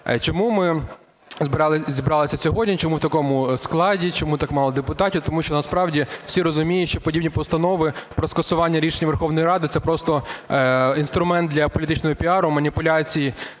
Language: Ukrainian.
Чому ми зібрались сьогодні, чому в такому складі, чому так мало депутатів? Тому що насправді всі розуміють, що подібні постанови про скасування рішень Верховної Ради – це просто інструмент для політичного піару, маніпуляцій